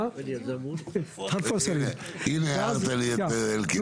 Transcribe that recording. הנה, הערת לי את אלקין.